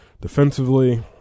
Defensively